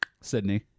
sydney